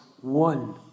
one